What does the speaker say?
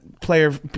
player